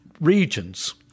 regions